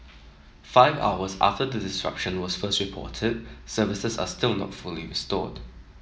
five hours after the disruption was first reported services are still not fully restored